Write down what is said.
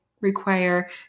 require